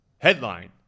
Headline